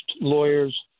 lawyers